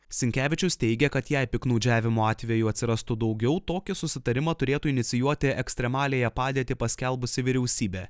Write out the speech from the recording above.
sinkevičius teigia kad jei piktnaudžiavimo atvejų atsirastų daugiau tokį susitarimą turėtų inicijuoti ekstremaliąją padėtį paskelbusi vyriausybė